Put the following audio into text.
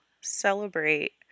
celebrate